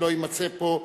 לא יימצא פה,